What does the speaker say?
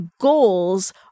goals